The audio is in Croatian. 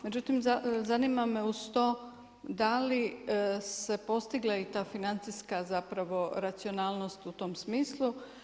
Međutim, zanima me uz to da li su se postigla i ta financijska zapravo racionalnost u tom smislu.